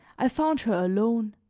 i found her alone,